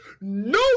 No